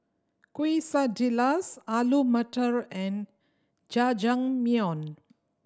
Quesadillas Alu Matar and Jajangmyeon